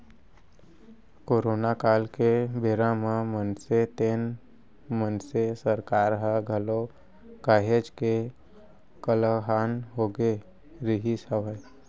corona काल के बेरा म मनसे तेन मनसे सरकार ह घलौ काहेच के हलाकान होगे रिहिस हवय